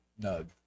nug